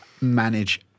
manage